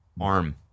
arm